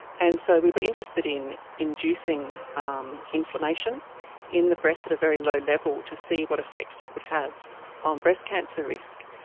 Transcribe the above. and so we were interested in inducing um inflammation in the breast at a very low level to see what effect that would have on breast cancer risk.